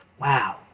Wow